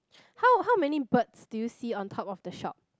how how many birds do you see on top of the shop